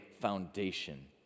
foundation